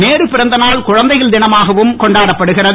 நேரு பிறந்த நாள் குழந்தைகள் தினமாகவும் கொண்டாடப்படுகிறது